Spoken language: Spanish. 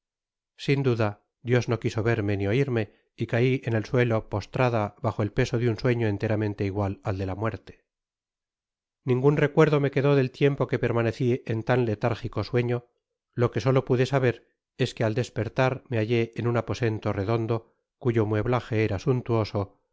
sin duda dios no quiso verme ni oirme y cai en el suelo postrada bajo el peso de un sueño enteramente igual al de la muerte ningun recuerdo me quedó del tiempo que permaneci en tan letárgico sueño lo que solo pude saber es que al despertar me bailé en un aposento redondo cuyo mueblaje era suntuoso al que solo